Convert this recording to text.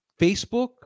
Facebook